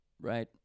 Right